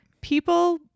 people